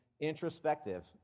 Introspective